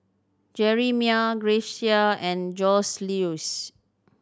Jerimiah Grecia and Joseluis